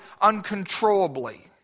uncontrollably